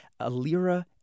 Alira